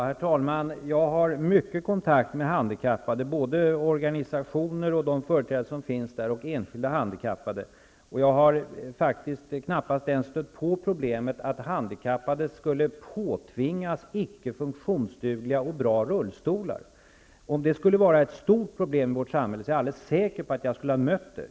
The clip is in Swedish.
Herr talman! Jag har många kontakter med handikappade, både med företrädare för organisationer och med enskilda handikappade, och jag har faktiskt knappast ens stött på problemet att handikappade skulle påtvingas icke funktionsdugliga rullstolar. Om detta skulle vara ett stort problem i vårt samhälle är jag alldeles säker på att jag skulle ha mött det.